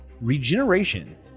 regeneration